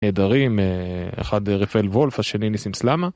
נהדרים אחד רפאל וולף השני ניסים סלמה